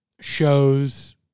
shows